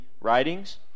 writings